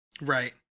right